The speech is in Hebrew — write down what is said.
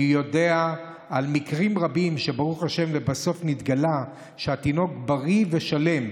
אני יודע על מקרים רבים שברוך השם לבסוף נתגלה שהתינוק בריא ושלם,